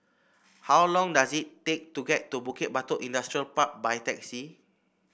how long does it take to get to Bukit Batok Industrial Park by taxi